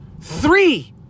three